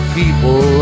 people